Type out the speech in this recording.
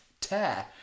tear